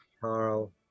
Carl